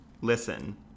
listen